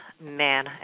man